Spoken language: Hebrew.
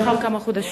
לאחר כמה חודשים,